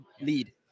lead